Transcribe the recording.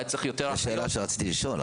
יש שאלה שרציתי לשאול.